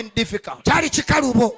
difficult